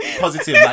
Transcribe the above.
positive